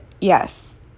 Yes